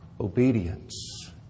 obedience